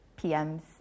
PMs